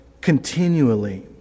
continually